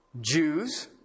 Jews